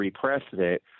precedent